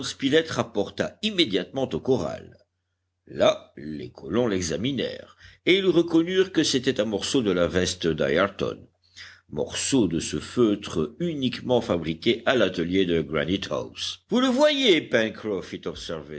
spilett rapporta immédiatement au corral là les colons l'examinèrent et ils reconnurent que c'était un morceau de la veste d'ayrton morceau de ce feutre uniquement fabriqué à l'atelier de granite house vous le voyez